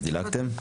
אז דילגתם?